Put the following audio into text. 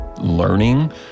learning